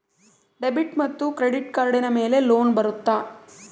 Debit ಮತ್ತು credit ಕಾರ್ಡಿನ ಮೇಲೆ ಲೋನ್ ಬರುತ್ತಾ?